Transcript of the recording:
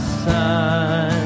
sun